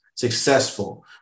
successful